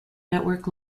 network